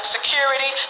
Security